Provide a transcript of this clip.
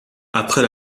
après